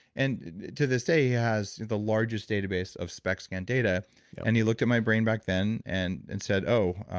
and to this day, he has the largest database of spec scan data yeah and he looked at my brain back then and and said, oh,